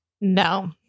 no